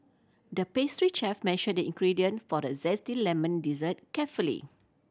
the pastry chef measured the ingredient for the zesty lemon dessert carefully